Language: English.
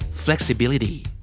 Flexibility